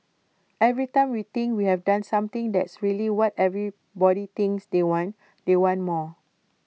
every time we think we've done something that's really what everybody thinks they want they want more